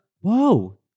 Whoa